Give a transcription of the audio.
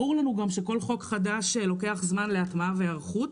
ברור לנו גם שכל חוק חדש לוקח זמן להטמעה ולהיערכות,